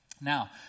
Now